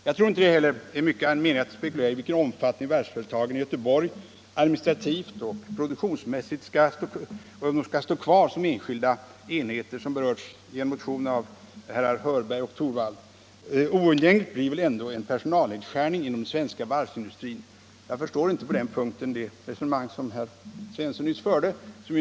Jag tror heller inte att det är mycket mening i att spekulera över i vilken omfattning varvsföretagen i Göteborg administrativt och produktionsmässigt skall stå kvar som enskilda enheter, vilket har berörts i en motion av herrar Hörberg och Torwald. Oundgänglig blir väl ändå en personalnedskärning inom den svenska varvsindustrin. Jag förstår inte det resonemang som herr Svensson i Malmö nyss förde på denna punkt.